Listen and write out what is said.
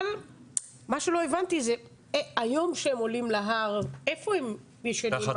אבל מה שלא הבנתי זה היום כשהם עולים להר איפה הם ישנים?